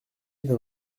dans